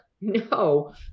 no